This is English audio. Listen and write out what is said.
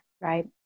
Right